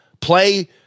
play